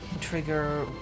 trigger